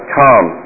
come